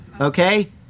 Okay